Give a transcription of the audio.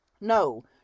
No